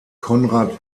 conrad